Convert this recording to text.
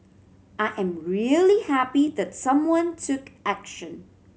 I am really happy that someone took action